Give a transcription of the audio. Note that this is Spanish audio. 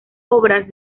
obras